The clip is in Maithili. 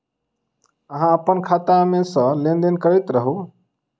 अहाँ अप्पन खाता मे सँ लेन देन करैत रहू?